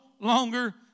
longer